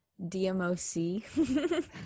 DMOC